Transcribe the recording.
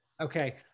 Okay